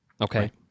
Okay